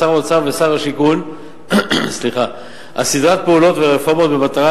שר האוצר ושר השיכון על סדרת פעולות ורפורמות במטרה